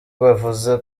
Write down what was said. bavuze